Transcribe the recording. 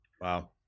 Wow